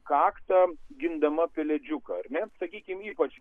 kaktą gindama pelėdžiuką ar ne sakykim ypač